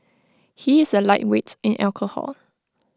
he is A lightweight in alcohol